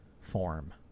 form